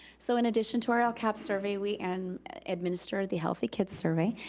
so in addition to our lcap survey, we and administered the healthy kids survey,